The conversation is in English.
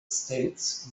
states